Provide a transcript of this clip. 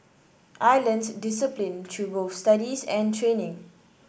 I learnt discipline through both studies and training